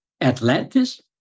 Atlantis